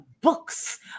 books